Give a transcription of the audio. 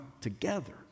together